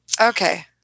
Okay